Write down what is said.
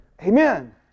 Amen